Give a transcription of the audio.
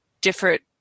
different